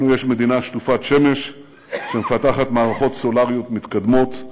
לנו יש מדינה שטופת שמש שמפתחת מערכות סולריות מתקדמות,